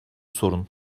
sorun